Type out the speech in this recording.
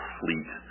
fleet